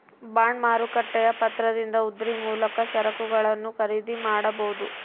bond ಮಾರುಕಟ್ಟೆಯ ಪತ್ರದಿಂದ ಉದ್ರಿ ಮೂಲಕ ಸರಕುಗಳನ್ನು ಖರೀದಿ ಮಾಡಬೊದು